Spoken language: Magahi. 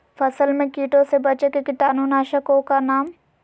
फसल में कीटों से बचे के कीटाणु नाशक ओं का नाम?